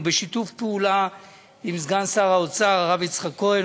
ובשיתוף פעולה עם סגן שר האוצר הרב יצחק כהן